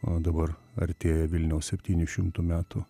o dabar artėja vilniaus septyni šimtų metų